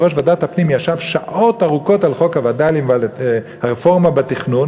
יושב-ראש ועדת הפנים ישב שעות ארוכות על חוק הווד"לים והרפורמה בתכנון,